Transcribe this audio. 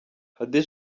hadi